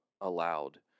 allowed